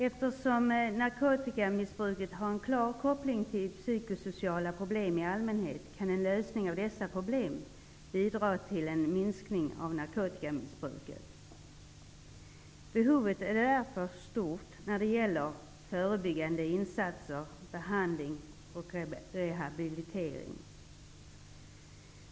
Eftersom narkotikamissbruket har en klar koppling till psykosociala problem i allmänhet, kan en lösning av dessa problem bidra till en minskning av narkotikamissbruket. Behovet är därför stort när det gäller förebyggande insatser, behandling och rehabilitering.